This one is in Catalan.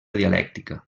dialèctica